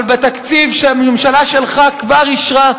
אבל בתקציב שהממשלה שלך כבר אישרה,